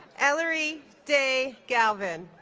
ellery dae galvin